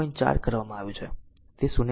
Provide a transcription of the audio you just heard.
4 કરવામાં આવ્યું છે તે 0